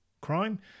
crime